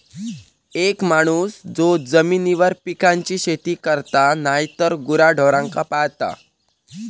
एक माणूस जो जमिनीवर पिकांची शेती करता नायतर गुराढोरांका पाळता